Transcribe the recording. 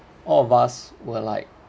all of us were like